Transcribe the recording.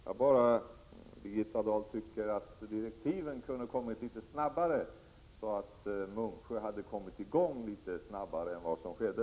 Jag tycker bara, Birgitta Dahl, att direktiven kunde ha kommit litet snabbare, så att Munksjö hade kommit i gång litet snabbare än vad som skedde.